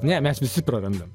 ne mes visi prarandam